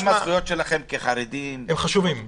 הזכויות שלכם כחרדים הן חשובות מאוד